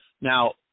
Now